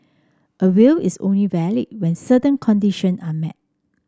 a will is only valid when certain condition are met